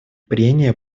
прения